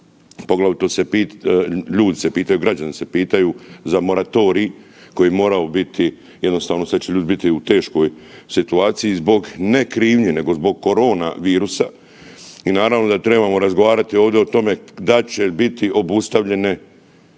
ponoviti, poglavito građani se pitaju za moratorij koji bi morao biti, jednostavno sada će ljudi biti u teškoj situaciji zbog ne krivnje nego zbog korona virusa. I naravno da trebamo razgovarati ovdje o tome dal će biti obustavljene